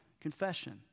confession